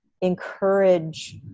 encourage